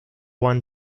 won